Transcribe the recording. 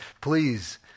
please